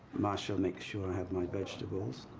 marsha makes sure i have my vegetables,